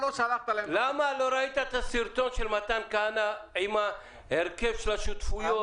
לא ראית את הסרטון של מתן כהנא עם ההרכב של השותפויות?